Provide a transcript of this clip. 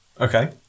Okay